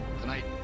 Tonight